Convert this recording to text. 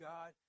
God